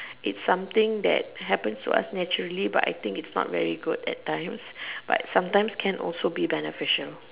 it's something that happens to us naturally but I think it's not very good at times but sometimes can be beneficial